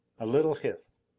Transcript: a little hiss.